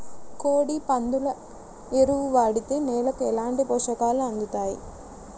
కోడి, పందుల ఎరువు వాడితే నేలకు ఎలాంటి పోషకాలు అందుతాయి